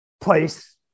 place